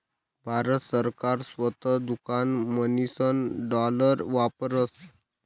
भारत सरकार स्वस्त दुकान म्हणीसन डालर वापरस